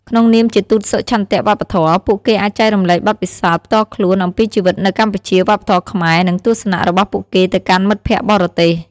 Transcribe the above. ក្នុងនាមជាទូតសុឆន្ទៈវប្បធម៌ ពួកគេអាចចែករំលែកបទពិសោធន៍ផ្ទាល់ខ្លួនអំពីជីវិតនៅកម្ពុជា វប្បធម៌ខ្មែរ និងទស្សនៈរបស់ពួកគេទៅកាន់មិត្តភក្តិបរទេស។